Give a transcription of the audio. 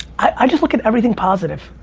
i just look at everything positive.